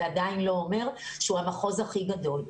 זה עדיין לא אומר שהוא המחוז הכי גדול.